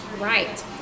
Right